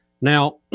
Now